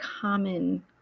common